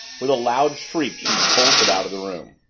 with a loud shriek she bolted out of the room.